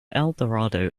eldorado